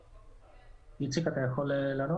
איציק, אתה יכול לענות?